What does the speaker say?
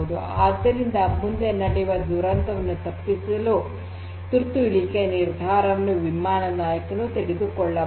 ಆದ್ದರಿಂದ ಮುಂದೆ ನಡೆಯುವ ದುರಂತವನ್ನು ತಪ್ಪಿಸಲು ತುರ್ತು ಇಳಿಕೆಯ ನಿರ್ಧಾರವನ್ನು ವಿಮಾನದ ನಾಯಕನು ತೆಗೆದುಕೊಳ್ಳಬಹುದು